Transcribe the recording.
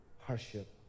hardship